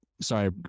sorry